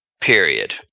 period